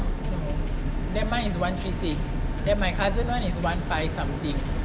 no then mine is one three six then my cousin [one] is one five something